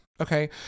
okay